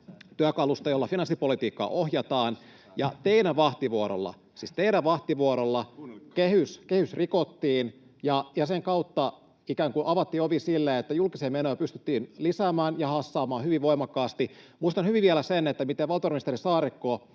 työkalusta, jolla finanssipolitiikkaa ohjataan, ja teidän vahtivuorollanne — siis teidän vahtivuorollanne — kehys rikottiin ja sen kautta ikään kuin avattiin ovi sille, että julkisia menoja pystyttiin lisäämään ja hassaamaan hyvin voimakkaasti. Muistan hyvin vielä sen, että miten valtiovarainministeri Saarikko